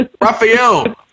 Raphael